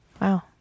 Wow